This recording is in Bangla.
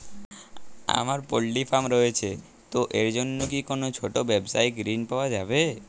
আমার পোল্ট্রি ফার্ম রয়েছে তো এর জন্য কি কোনো ছোটো ব্যাবসায়িক ঋণ পাওয়া যাবে?